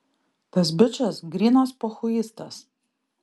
tas bičas grynas pochuistas